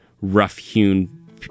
rough-hewn